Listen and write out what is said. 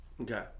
Okay